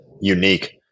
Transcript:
unique